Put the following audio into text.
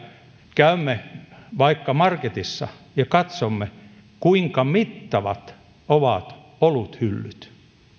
käymme vaikka marketissa ja katsomme kuinka mittavat ovat oluthyllyt